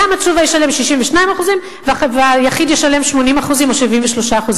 למה תשובה ישלם 62% והיחיד ישלם 80% או 73%?